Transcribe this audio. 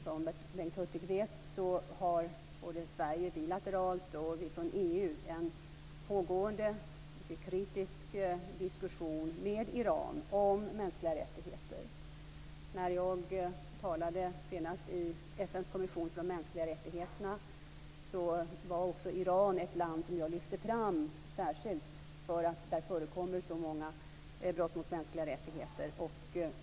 Som Bengt Hurtig vet för vi i Sverige både bilateralt och i EU en mycket kritisk diskussion med Iran om just mänskliga rättigheter. När jag senast talade i FN:s kommission för de mänskliga rättigheterna lyfte jag särskilt fram Iran, eftersom det där förekommer så många brott mot mänskliga rättigheter.